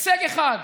הישג אחד,